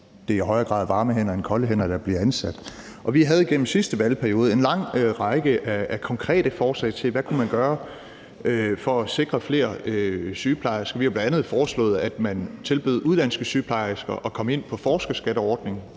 at det i højere grad er varme hænder end kolde hænder, der bliver ansat, og vi havde igennem den sidste valgperiode en lang række af konkrete forslag til, hvad man kunne gøre for at sikre flere sygeplejersker. Vi har jo bl.a. foreslået, at man tilbød udenlandske sygeplejersker at komme ind på forskerskatteordningen.